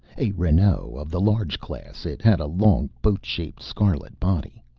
a renault of the large class, it had a long boat-shaped scarlet body.